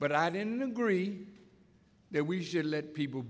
but i didn't agree that we should let people